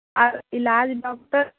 आ इलाज डॉक्टर